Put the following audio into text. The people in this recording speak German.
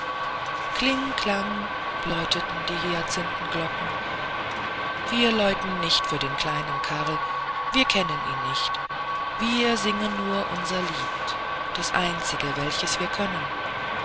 kling klang läuteten die hyacinthenglocken wir läuten nicht für den kleinen karl wir kennen ihn nicht wir singen nur unser lied das einzige welches wir können